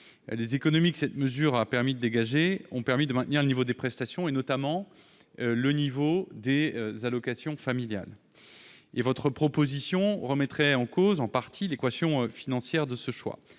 Les économies dégagées ont permis de maintenir le niveau des prestations, notamment pour les allocations familiales. Votre proposition remettrait en cause, en partie, l'équation financière de ce choix.